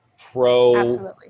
pro